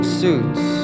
suits